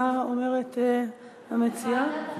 מה אומרת המציעה?